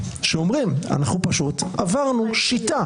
שאומרים: אנחנו פשוט עברנו שיטה.